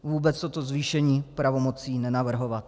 Vůbec toto zvýšení pravomocí nenavrhovat.